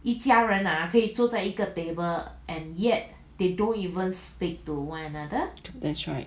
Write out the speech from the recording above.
that's right